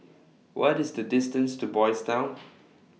What IS The distance to Boys' Town